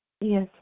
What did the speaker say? Yes